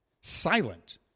silent